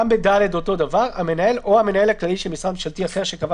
לגבי כל מה שקשור